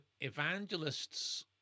evangelists